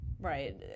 right